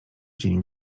dzień